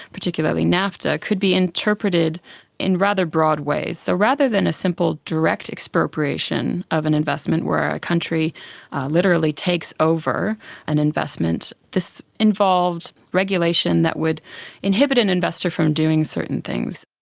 particularly nafta, could be interpreted in rather broad ways. so, rather than a simple, direct expropriation of an investment where a country literally takes over an investment, this involved regulation that would inhibit an investor from doing certain things.